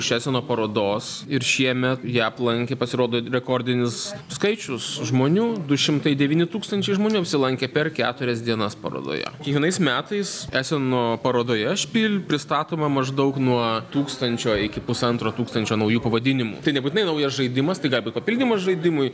iš eseno parodos ir šiemet ją aplankė pasirodo rekordinis skaičius žmonių du šimtai devyni tūkstančiai žmonių apsilankė per keturias dienas parodoje kiekvienais metais eseno parodoje špyl pristatoma maždaug nuo tūkstančio iki pusantro tūkstančio naujų pavadinimų tai nebūtinai naujas žaidimas tai gali būt papildymas žaidimui